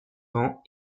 ans